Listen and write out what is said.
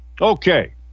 Okay